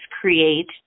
create